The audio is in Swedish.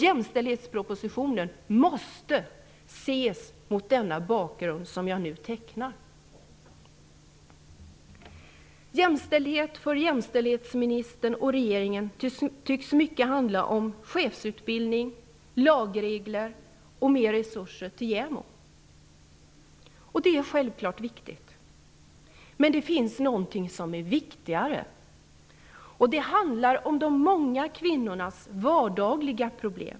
Jämställdhetspropositionen måste ses mot den bakgrund som jag nu tecknar. Jämställdhet tycks för jämställdhetsministern och regeringen till stor del handla om chefsutbildning, lagregler och mer resurser till JämO. Det är självklart viktigt, men det finns något som är viktigare. Och det handlar om de många kvinnornas vardagliga problem.